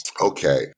Okay